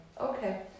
Okay